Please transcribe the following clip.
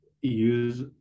use